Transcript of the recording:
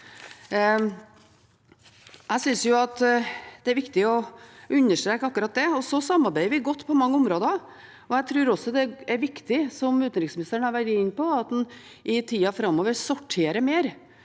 Jeg synes det er viktig å understreke akkurat det. Vi samarbeider godt på mange områder. Og jeg tror også det er viktig, som utenriksministeren har vært inne på, at en i tida framover sorterer mer